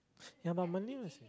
ya but Malay is